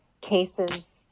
cases